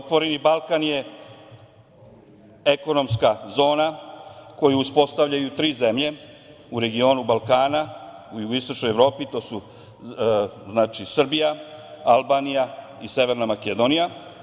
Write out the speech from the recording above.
Otvoreni Balkan“ je ekonomska zona koju uspostavljaju tri zemlje u regionu Balkana u jugoistočnoj Evropi, to su Srbija, Albanija i Severna Makedonija.